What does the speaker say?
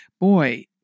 boy